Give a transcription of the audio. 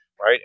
right